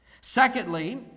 Secondly